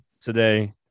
today